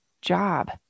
job